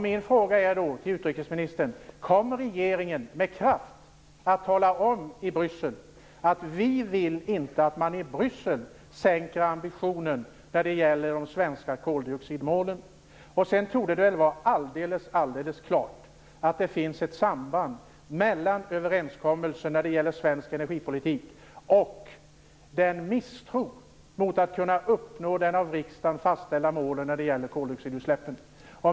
Min fråga till utrikesministern är: Kommer regeringen med kraft att tala om i Bryssel att vi inte vill att man i Bryssel sänker ambitionen när det gäller de svenska koldioxidmålen? Sedan vill jag säga att det torde vara alldeles klart att det finns ett samband mellan överenskommelserna om svensk energipolitik och denna misstro när det gäller att kunna uppnå de av riksdagen fastställda målen om koldioxidutsläppen.